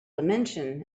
dimension